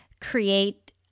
create